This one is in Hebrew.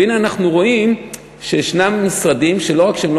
והנה אנחנו רואים שיש משרדים שלא רק שהם לא